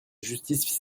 justice